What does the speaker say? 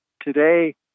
Today